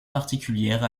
particulière